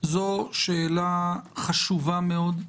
שאלה חשובה מאוד.